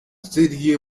serie